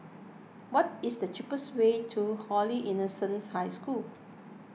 what is the cheapest way to Holy Innocents' High School